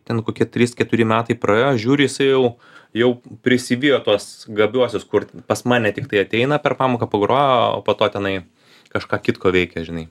ten kokie trys keturi metai praėjo žiūri jisai jau jau prisivijo tuos gabiuosius kur pas mane tiktai ateina per pamoką pagroja o po to tenai kažką kitko veikia žinai